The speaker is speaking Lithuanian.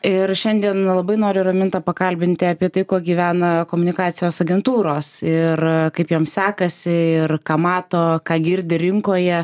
ir šiandien labai noriu ramintą pakalbinti apie tai kuo gyvena komunikacijos agentūros ir kaip jom sekasi ir ką mato ką girdi rinkoje